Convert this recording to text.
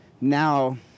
now